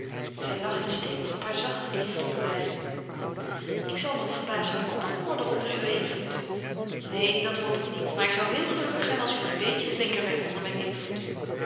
zij lachte steeds op haar zachte liefelijke wijze ik zal nog verbazend koppig worden onder uw invloed neen dat hoop ik niet maar ik zou heel gelukkig zijn als u een beetje flinker werd onder mijn invloed